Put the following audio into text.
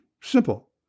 Simple